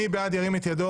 מי בעד ההצעה